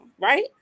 right